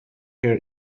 her